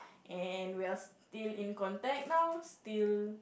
and we're still in contact now still